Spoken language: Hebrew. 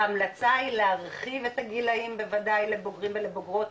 ההמלצה היא להרחיב את הגילאים בוודאי לבוגרים ולבוגרות.